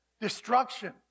destruction